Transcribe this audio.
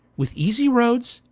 with easie rodes,